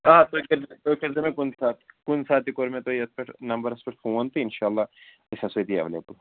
آ تُہۍ کٔرۍزیٚو تُہۍ کٔرۍزیٚو مےٚ کُنہِ ساتہٕ کُنہِ ساتہٕ تہِ کوٚر مےٚ تۄہہِ یَتھ پٮ۪ٹھ نمبرَس پٮ۪ٹھ فون تہٕ اِنشاء اللہ أسۍ آسَو أتی ایٚویلیبُل